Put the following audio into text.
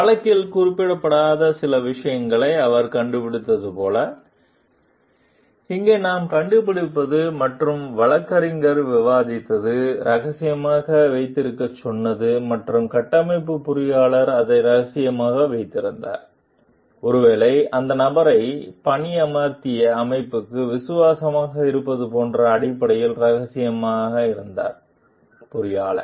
வழக்கில் குறிப்பிடப்படாத சில விஷயங்களை அவர் கண்டுபிடித்தது போல இங்கே நாம் கண்டுபிடிப்பது மற்றும் வழக்கறிஞர் விவாதித்தது ரகசியமாக வைத்திருக்கச் சொன்னது மற்றும் கட்டமைப்பு பொறியாளர் அதை ரகசியமாக வைத்திருந்தார் ஒருவேளை அந்த நபரை பணியமர்த்திய அமைப்புக்கு விசுவாசமாக இருப்பது போன்ற அடிப்படையில் ரகசியமாக இருந்தார் பொறியாளர்